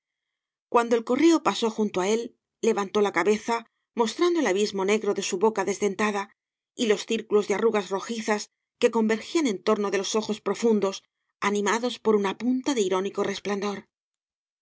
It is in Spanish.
cuando el correo pasó junto á él levantó la cabeza mostrando el abismo negro de su boca desdentada y los círculos de arrugas rojizas que convergían en torno de los ojos profundos animados por una punta de irónico resplandor el